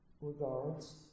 regards